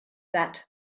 that